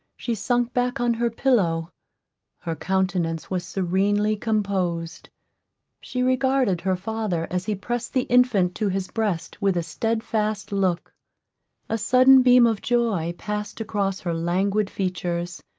she sunk back on her pillow her countenance was serenely composed she regarded her father as he pressed the infant to his breast with a steadfast look a sudden beam of joy passed across her languid features,